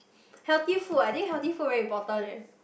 healthy food ah I think healthy food very important eh